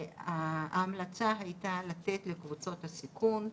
ההמלצה הייתה לתת לקבוצות הסיכון,